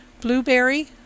Blueberry